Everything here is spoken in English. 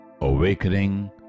Awakening